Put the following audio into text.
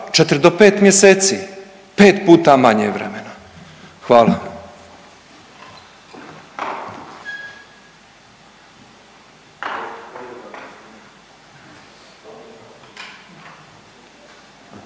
4 do 5 mjeseci, pet puta manje vremena. Hvala.